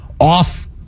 off